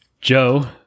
Joe